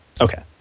Okay